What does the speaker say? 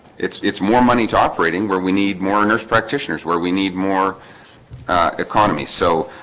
it's it's more money to operating where we need more nurse practitioners where we need more economy, so